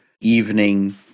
evening